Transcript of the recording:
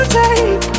take